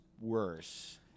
worse